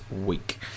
week